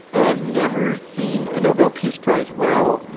i've never seen a nobel peace prize. well.